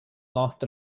laughed